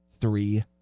three